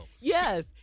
Yes